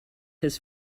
his